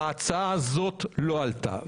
ההצעה הזאת לא עלתה.